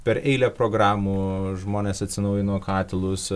per eilę programų žmonės atsinaujino katilus